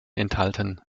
enthalten